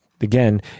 again